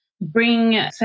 bring